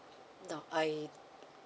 now I